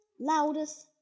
loudest